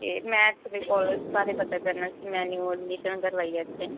ਅਤੇ ਮੈਂ ਤੁਹਾਡੇ ਕੋਲੇਜ ਬਾਰੇ ਪਤਾ ਕਰਨਾ ਸੀ ਮੈਂ ਨਿਊ ਅਡਮੀਸ਼ਨ ਕਰਵਾਈ ਹੈ ਇੱਥੇ